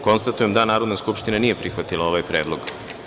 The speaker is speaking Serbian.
Konstatujem da Narodna skupština nije prihvatila ovaj predlog.